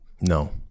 No